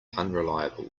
unreliable